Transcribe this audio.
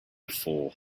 fool